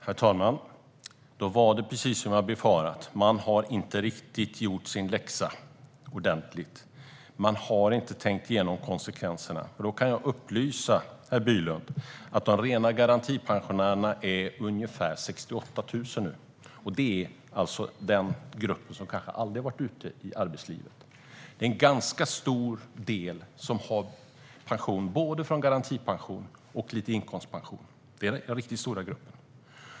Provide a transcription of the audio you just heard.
Herr talman! Då var det precis som jag befarade. Man har inte gjort sin läxa ordentligt. Man har inte tänkt igenom konsekvenserna. Då kan jag upplysa herr Bylund om att de rena garantipensionärerna nu är ungefär 68 000. Det är alltså den grupp som kanske aldrig har varit ute i arbetslivet. Det är en ganska stor grupp som har både garantipension och lite inkomstpension. Det är en riktigt stor grupp.